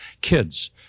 kids